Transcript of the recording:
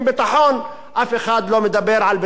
אף אחד לא מדבר על ביטחון סוציאלי.